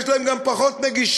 יש אליהם גם פחות נגישות.